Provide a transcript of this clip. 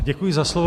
Děkuji za slovo.